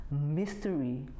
mystery